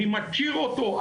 אני מכיר אותו.